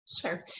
Sure